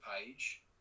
page